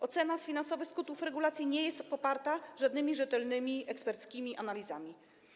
Ocena finansowych skutków regulacji nie jest poparta żadnymi rzetelnymi, eksperckimi analizami.